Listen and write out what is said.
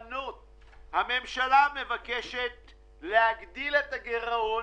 הממשלה מבקשת להגדיל את הגירעון